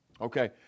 Okay